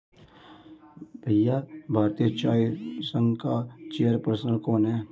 भैया भारतीय चाय संघ का चेयर पर्सन कौन है?